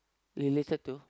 related to